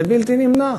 זה בלתי נמנע.